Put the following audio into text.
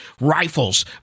rifles